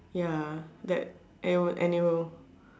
ya that and it will and it will